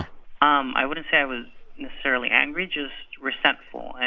um i wouldn't say i was necessarily angry, just resentful. and.